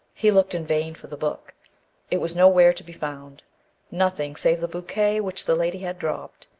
he looked in vain for the book it was nowhere to be found nothing save the bouquet which the lady had dropped,